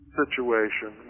situation